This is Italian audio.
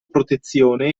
protezione